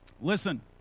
Listen